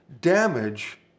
damage